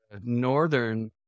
northern